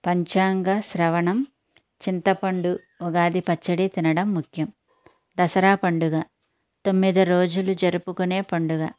పంచాంగ శ్రవణం చింతపండు ఉగాది పచ్చడి తినడం ముఖ్యం దసరా పండుగ తొమ్మిది రోజులు జరుపుకునే పండుగ